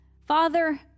Father